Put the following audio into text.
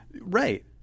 Right